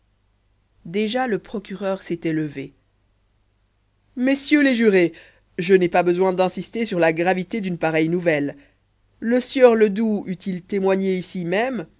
déjà le procureur s'était levé messieurs les jurés je n'ai pas besoin d'insister sur la gravité d'une pareille nouvelle le sieur ledoux eût-il témoigné ici même